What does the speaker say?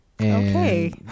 Okay